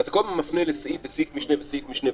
כשאתה כל הזמן מפנה לסעיף וסעיף משנה וסעיף משנה,